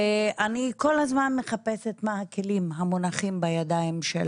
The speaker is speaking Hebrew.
אני כל הזמן מחפשת מה הכלים המונחים בידיים גם של